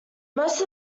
most